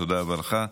תודה רבה לך.